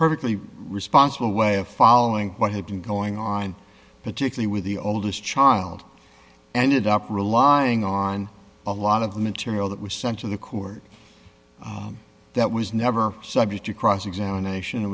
perfectly responsible way of following what had been going on particularly with the oldest child and it up relying on a lot of the material that was sent to the court that was never subject to cross examination